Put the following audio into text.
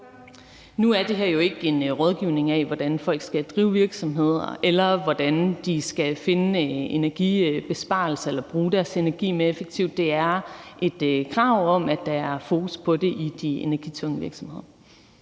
Nu er det her jo ikke en rådgivning af, hvordan folk skal drive virksomheder eller hvordan de skal finde en energibesparelse eller bruge deres energi mere effektivt; det er et krav om, at der er fokus på det i de energitunge virksomheder.